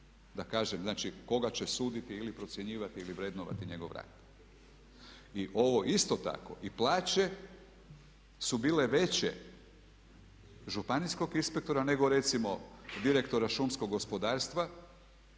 da kažem koga će suditi ili procjenjivati ili vrednovati njegov rad. I ovo isto tako i plaće su bile veće županijskog inspektora nego recimo direktora šumskog gospodarstva